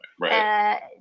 Right